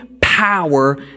power